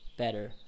Better